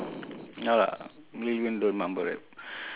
ya lah lil wayne don't mumble rap